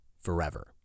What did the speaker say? forever